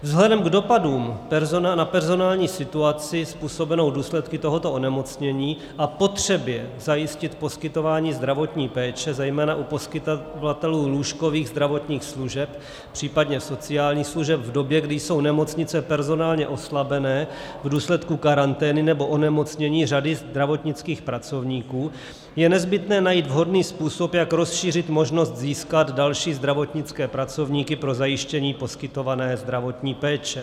Vzhledem k dopadům na personální situaci způsobenou důsledky tohoto onemocnění a potřebě zajistit poskytování zdravotní péče zejména u poskytovatelů lůžkových zdravotních služeb, případně sociálních služeb v době, kdy jsou nemocnice personálně oslabené v důsledku karantény nebo onemocnění řady zdravotnických pracovníků, je nezbytné najít vhodný způsob, jak rozšířit možnost získat další zdravotnické pracovníky pro zajištění poskytovaného zdravotní péče.